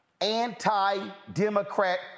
anti-Democrat